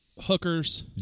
hookers